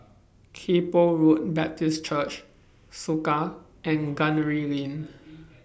Kay Poh Road Baptist Church Soka and Gunner Lane